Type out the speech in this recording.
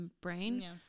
brain